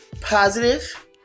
positive